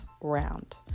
round